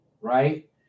right